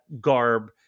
garb